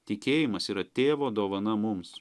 tikėjimas yra tėvo dovana mums